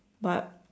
but